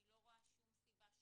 אני לא רואה שום סיבה שלא.